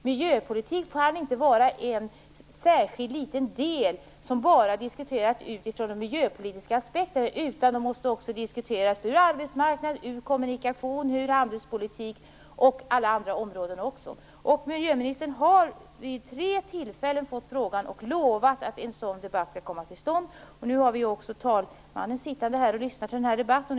Miljöpolitik kan inte vara en särskild, liten del, som bara diskuteras från de miljöpolitiska aspekterna, utan den måste också diskuteras med utgångspunkt från arbetsmarknad, kommunikationer, handelspolitik och alla andra områden. Miljöministern har vid tre tillfällen fått frågan och lovat att en sådan debatt skall komma till stånd. Nu lyssnar ju också talmannen på denna debatt.